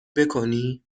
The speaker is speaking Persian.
بکنی